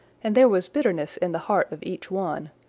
and there was bitterness in the heart of each one,